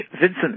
Vincent